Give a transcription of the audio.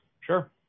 Sure